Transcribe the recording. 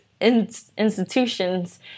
institutions